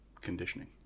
conditioning